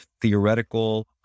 theoretical